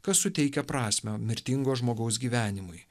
kas suteikia prasmę mirtingo žmogaus gyvenimui